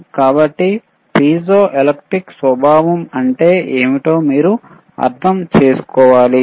కాబట్టి పైజోఎలెక్ట్రిక్ స్వభావం అంటే ఏమిటో మీరు అర్థం చేసుకోవాలి